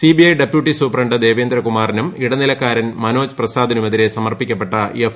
CBI deputy superintendent ദേവേന്ദ്രകുമാറിനും ഇടനിലക്കാൻ മനോജ് പ്രസാദിനുമെ്തിരെ സമർപ്പിക്കപ്പെട്ട എഫ്